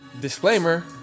Disclaimer